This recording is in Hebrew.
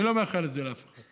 אני לא מאחל את זה לאף אחד.